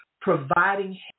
providing